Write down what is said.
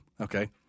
Okay